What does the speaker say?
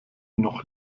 noch